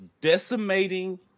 decimating